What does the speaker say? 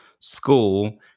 school